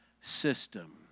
system